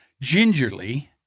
gingerly